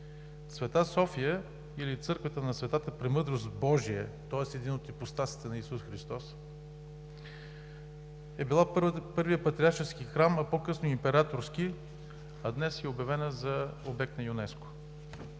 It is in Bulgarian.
„Св. София“ или „Църквата на Светата Премъдрост Божия“, тоест един от ипостасите на Иисус Христос, е била първият патриаршески храм, по-късно – и императорски, а днес е обявена за обект на ЮНЕСКО.